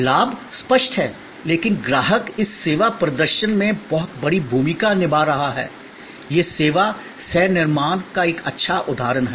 लाभ स्पष्ट हैं लेकिन ग्राहक इस सेवा प्रदर्शन में बहुत बड़ी भूमिका निभा रहा है यह सेवा सह निर्माण का एक अच्छा उदाहरण है